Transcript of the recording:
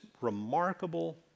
remarkable